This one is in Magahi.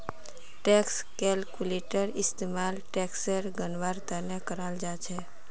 टैक्स कैलक्यूलेटर इस्तेमाल टेक्सेर गणनार त न कराल जा छेक